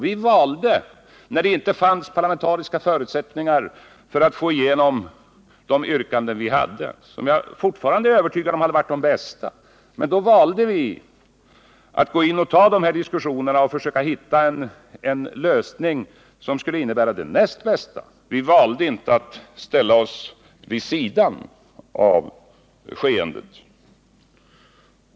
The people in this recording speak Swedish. Vi valde — när det inte fanns parlamentariska förutsättningar för att få igenom de yrkanden som vi hade och som jag fortfarande är övertygad om var de bästa — att gå in och ta dessa diskussioner och försöka hitta lösningar som skulle kunna innebära det näst bästa. Vi valde inte att ställa oss vid sidan av skeendet.